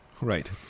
right